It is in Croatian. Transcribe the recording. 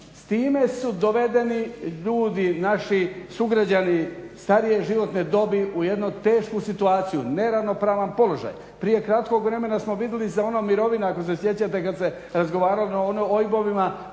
S time su dovedeni ljudi, naši sugrađani starije životne dobi u jednu tešku situaciju, neravnopravan položaj. Prije kratkog vremena smo vidjeli za ono mirovina ako se sjećate kad se razgovaralo ono o OIB-ovima,